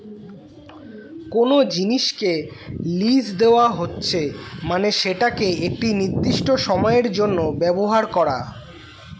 কোনো জিনিসকে লীজ দেওয়া হচ্ছে মানে সেটাকে একটি নির্দিষ্ট সময়ের জন্য ব্যবহার করা